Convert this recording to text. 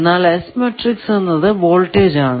എന്നാൽ S matrix എന്നത് voltage ആണ്